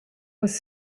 was